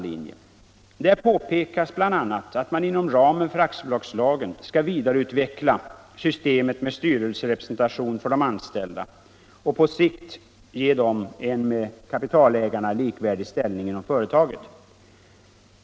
Där påpekas bl.a. att man inom ramen för aktiebolagslagen bör vidareutveckla systemet med styrelserepresentation för de anställda och på sikt ge dem en med kapitalägarna likvärdig ställning inom företaget.